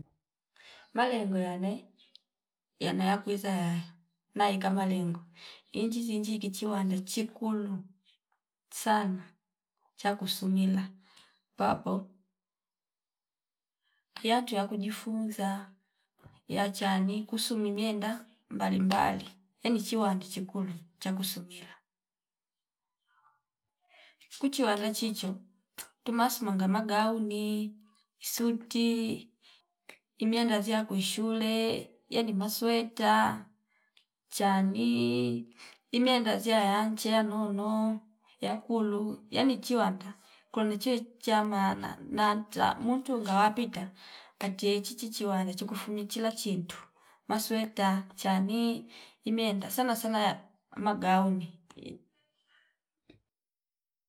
Malengo yane yano yakwiza yaya maeka malengo innji zinji kichiwanda chikulu sana chakusumila papo yatu ya kujifunza ya chani kusulu mienda mbalimbali yani chiwandi chikundu chakusumila. Kuchi wara chicho tumas manga magauni, suti imyenda vyaku ishule yani masweta chani imeyenda ziyaya chia nono yakulu yani chiwata kwani chie cha maana nata mutu ngawa pita katie chichi chiwana chiku fumi chilla chintu masweta chani imeenda sana sana magau ni